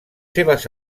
seves